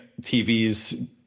TVs